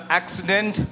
accident